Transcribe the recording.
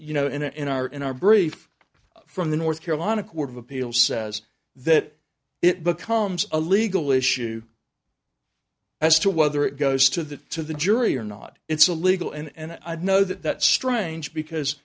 you know in in our in our brief from the north carolina court of appeal says that it becomes a legal issue as to whether it goes to the to the jury or not it's a legal and i know that that's strange because